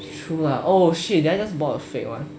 true lah oh shit did I just bought a fake one